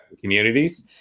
communities